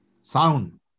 sound